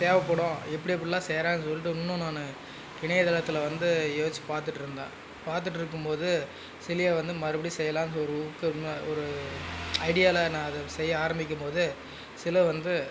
தேவைப்படும் எப்படி எப்புடிலாம் செய்கிறாங்கன்னு சொல்லிட்டு இன்னும் நான் இணையதளத்தில் வந்து யோசித்து பார்த்துட்ருந்தேன் பார்த்துட்ருக்கும் போது சிலையை வந்து மறுபடியும் செய்யலான்னு ஒரு ஊக்கமாக ஒரு ஐடியாவில் நான் அதை செய்ய ஆரம்பிக்கும் போது சில வந்து